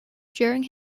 during